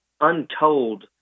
untold